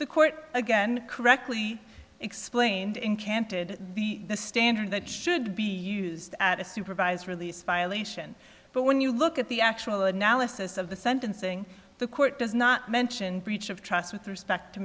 the court again correctly explained in canted the standard that should be used at a supervised release violation but when you look at the actual analysis of the sentencing the court does not mention breach of trust with respect to